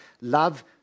Love